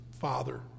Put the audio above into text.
Father